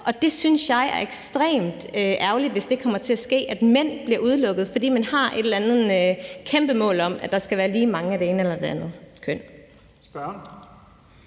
Og jeg synes, det er ekstremt ærgerligt, hvis det kommer til at ske, at mænd bliver udelukket, fordi man har et eller andet kæmpe mål om, at der skal være lige mange af det ene og det andet køn.